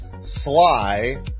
Sly